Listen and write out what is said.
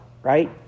right